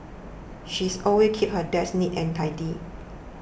she's always keeps her desk neat and tidy